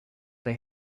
they